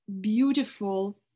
beautiful